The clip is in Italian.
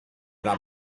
era